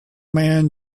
man